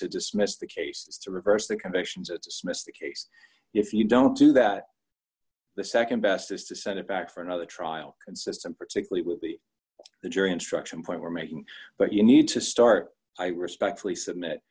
to dismiss the case to reverse the convictions it's miss the case if you don't do that the nd best is to send it back for another trial consistent particularly with the the jury instruction point we're making but you need to start i respectfully submit